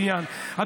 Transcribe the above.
פינוי היישובים.